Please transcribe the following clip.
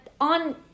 on